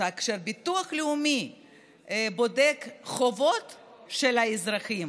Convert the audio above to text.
שכשביטוח לאומי בודק את החובות של האזרחים